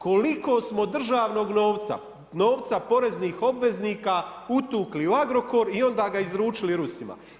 Koliko smo državnog novca, novca poreznih obveznika utukli u Agrokor i onda ga izručili Rusima?